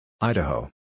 Idaho